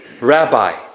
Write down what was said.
rabbi